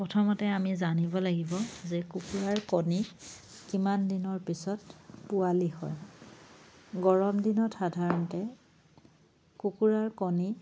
প্ৰথমতে আমি জানিব লাগিব যে কুকুৰাৰ কণী কিমান দিনৰ পিছত পোৱালি হয় গৰম দিনত সাধাৰণতে কুকুৰাৰ কণী